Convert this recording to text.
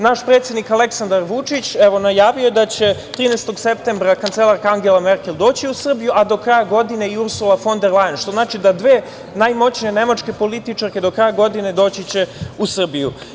Naš predsednik, Aleksandar Vučić, evo najavio je da će 13. septembra, kancelarka Angela Merkel doći u Srbiju, a do kraja godine i Ursula fon der Lajen, što znači da će dve najmoćnije Nemačke političarke do kraja godine doći će u Srbiju.